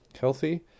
healthy